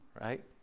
right